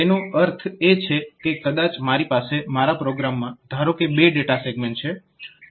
તેનો અર્થ એ છે કે કદાચ મારી પાસે મારા પ્રોગ્રામમાં ધારો કે બે ડેટા સેગમેન્ટ છે